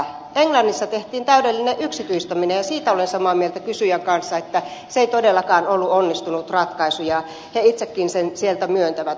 englannissa tehtiin täydellinen yksityistäminen ja siitä olen samaa mieltä kysyjän kanssa että se ei todellakaan ollut onnistunut ratkaisu ja he itsekin sen myöntävät